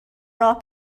راه